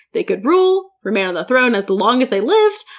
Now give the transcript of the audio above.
they could rule, remain on the throne as long as they lived,